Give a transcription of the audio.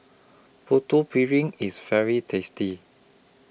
Putu Piring IS very tasty